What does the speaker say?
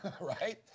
right